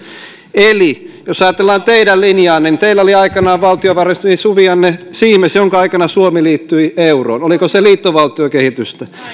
eli jos ajatellaan teidän linjaanne niin teillä oli aikanaan valtiovarainministeri suvi anne siimes jonka aikana suomi liittyi euroon oliko se liittovaltiokehitystä